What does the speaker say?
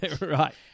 Right